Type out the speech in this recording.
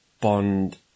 Bond